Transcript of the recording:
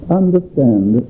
understand